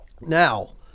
Now